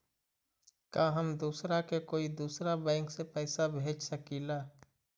का हम दूसरा के कोई दुसरा बैंक से पैसा भेज सकिला?